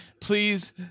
Please